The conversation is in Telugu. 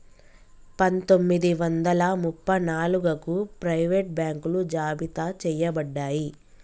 పందొమ్మిది వందల ముప్ప నాలుగగు ప్రైవేట్ బాంకులు జాబితా చెయ్యబడ్డాయి